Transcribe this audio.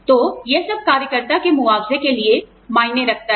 तो यह सब कार्यकर्ता के मुआवजे के लिए मायने रखता है